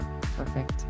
Perfect